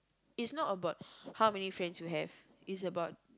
is not about how many friends you have is about